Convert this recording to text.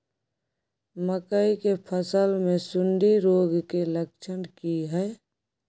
मकई के फसल मे सुंडी रोग के लक्षण की हय?